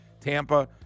Tampa